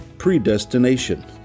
predestination